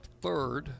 third